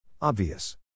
Obvious